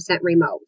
remote